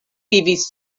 vivis